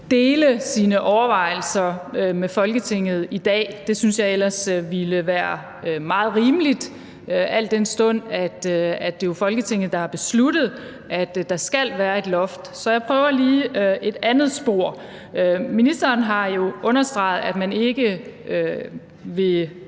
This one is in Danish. dele sine overvejelser med Folketinget i dag – det synes jeg ellers ville være meget rimeligt, al den stund at det jo er Folketinget, der har besluttet, at der skal være et loft. Så jeg prøver lige et andet spor. Ministeren har jo understreget, at man ikke vil